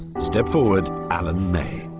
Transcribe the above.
step forward, alan may.